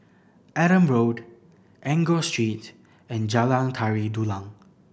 Adam Road Enggor Street and Jalan Tari Dulang